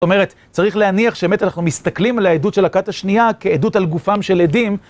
זאת אומרת, צריך להניח שאמת אנחנו מסתכלים על העדות של הכת השנייה כעדות על גופם של ילדים.